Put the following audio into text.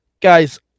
guys